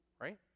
right